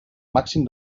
màxim